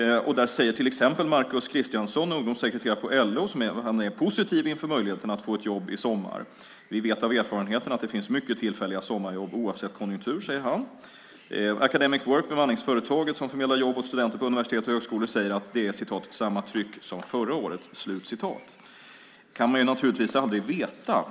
Där säger till exempel Markus Kristiansson, ungdomssekreterare på LO, att han är positiv inför möjligheterna att få ett jobb i sommar. Vi vet av erfarenhet att det finns mycket tillfälliga sommarjobb oavsett konjunktur, säger han. Academic Work, bemanningsföretaget som förmedlar jobb åt studenter på universitet och högskolor, säger att det är "samma tryck som förra året". Det kan man naturligtvis aldrig veta.